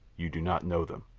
you do not know them.